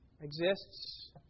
exists